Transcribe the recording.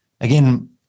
again